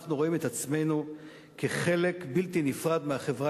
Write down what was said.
אנחנו רואים את עצמנו כחלק בלתי נפרד מהחברה